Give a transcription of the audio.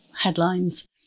headlines